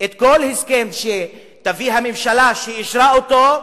כל הסכם שתביא הממשלה שאישרה אותו,